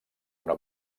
una